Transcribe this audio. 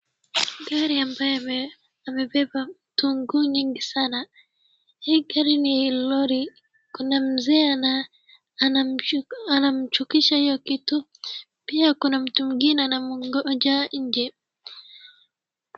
Gari ambaye amebeba vitunguu nyingi sana, hii gari ni Lori, kuna mzee anamshukisha hiyo kitu pia kuna mtu mwingine anamngoja nje.